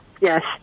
Yes